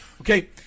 Okay